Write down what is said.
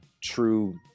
true